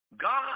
God